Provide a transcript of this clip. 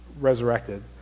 resurrected